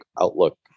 outlook